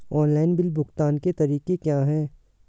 Online bill भुगतान के तरीके क्या हैं?